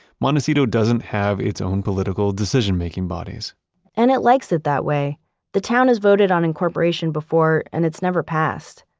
montecito doesn't have its own political, decision-making bodies and it likes it that way the town has voted on incorporation before and it's never passed.